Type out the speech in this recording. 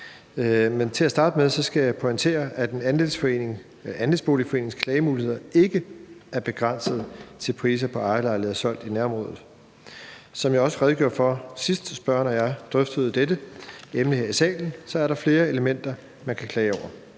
Men til at starte med skal jeg pointere, at en andelsboligforenings klagemuligheder ikke er begrænset til priser på ejerlejligheder solgt i nærområdet. Som jeg også redegjorde for, sidst spørgeren og jeg drøftede dette, nemlig her i salen, er der flere elementer, man kan klage over.